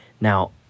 Now